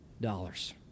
dollars